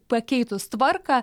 pakeitus tvarką